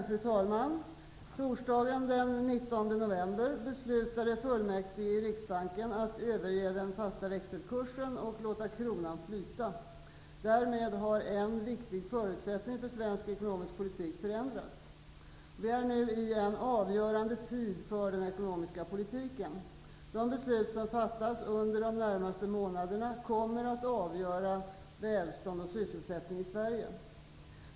Fru talman! Torsdagen den 19 november beslutade fullmäktige i Riksbanken att överge den fasta växelkursen och låta kronan flyta. Därmed har en viktig förutsättning för svensk ekonomisk politik förändrats. Vi är nu i en avgörande tid för den ekonomiska politiken. De beslut som fattas under de närmaste månaderna kommer att avgöra välstånd och sysselsättning i Sverige.